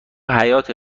حیاطه